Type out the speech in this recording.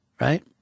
right